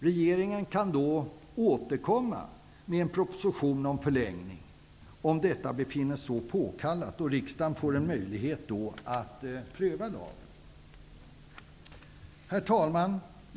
Regeringen kan då återkomma med en proposition om förlängning, om detta befinnes påkallat, och riksdagen får en möjlighet att pröva lagen. Herr talman!